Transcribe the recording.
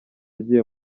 agiye